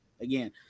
again